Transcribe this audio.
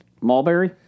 mulberry